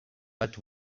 but